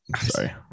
sorry